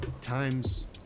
times